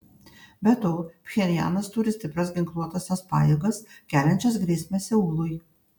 be to pchenjanas turi stiprias ginkluotąsias pajėgas keliančias grėsmę seului